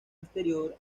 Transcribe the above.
exterior